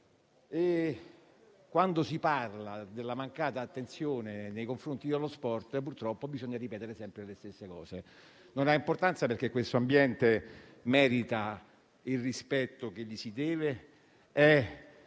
Quando si parla della mancata attenzione nei confronti dello sport, purtroppo bisogna ripetere sempre le stesse cose, ma non importa, perché questa materia merita il rispetto che le si deve.